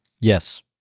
yes